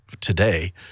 today